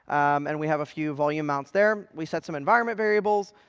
and we have a few volume mounts there. we set some environment variables,